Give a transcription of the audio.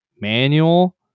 manual